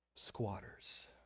squatters